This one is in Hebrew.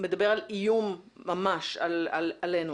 אתה מדבר על איום ממש עלינו.